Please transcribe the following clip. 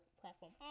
platform